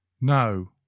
no